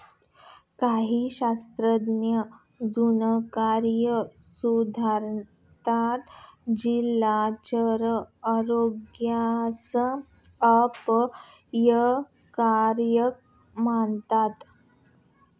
काही शास्त्रज्ञ जनुकीय सुधारित जलचर आरोग्यास अपायकारक मानतात